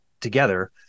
together